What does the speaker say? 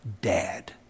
dad